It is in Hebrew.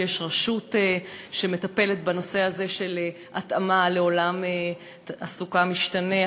שיש בה רשות שמטפלת בנושא הזה של התאמה לעולם תעסוקה משתנה,